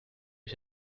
ich